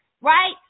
Right